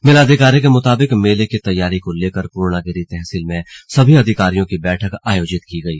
मेलाधिकारी के मुताबिक मेले की तैयारी को लेकर पूर्णागिरि तहसील में सभी अधिकारियों की बैठक आयोजित की गयी